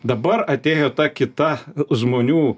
dabar atėjo ta kita žmonių